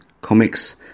comics